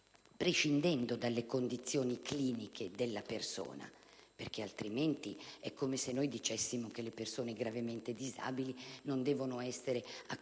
prescindendo dalle condizioni cliniche della persona. Altrimenti è come se dicessimo che le persone gravemente disabili non devono essere accompagnate